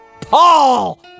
Paul